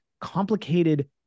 complicated